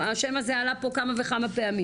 השם הזה עלה פה כמה וכמה פעמים